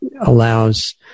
allows